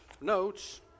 notes